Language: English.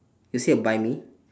you see a buy me